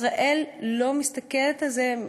ישראל לא מסתכלת על זה,